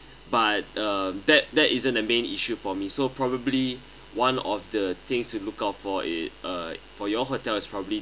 but uh that that isn't the main issue for me so probably one of the things to look out for it uh for your hotel is probably